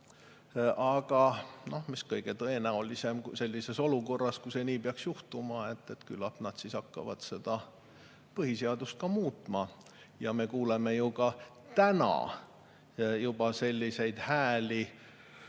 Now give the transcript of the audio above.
Aga mis kõige tõenäolisem: sellises olukorras, kui see nii peaks juhtuma, küllap nad siis hakkavad meie põhiseadust ka muutma. Me kuuleme ka täna juba selliseid hääli